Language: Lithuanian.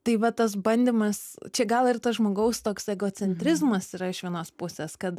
tai va tas bandymas čia gal ir tas žmogaus toks egocentrizmas yra iš vienos pusės kad